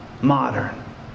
modern